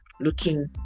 looking